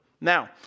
Now